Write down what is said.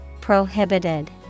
Prohibited